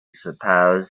suppose